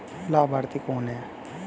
लाभार्थी कौन है?